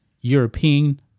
European